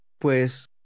Pues